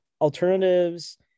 alternatives